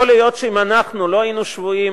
יכול להיות שאם אנחנו לא היינו שבויים